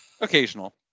occasional